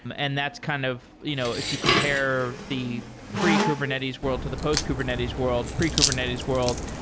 and that's kind of you know if you compare the pre kubernetes world to the post kubernetes world, pre kubernetes world,